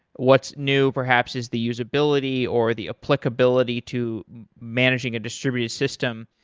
what's new perhaps is the usability or the applicability to managing a distributed system.